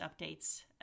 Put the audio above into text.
updates